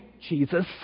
Jesus